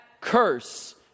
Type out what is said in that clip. curse